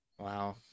Wow